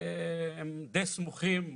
שהם די סמוכים.